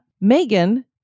Megan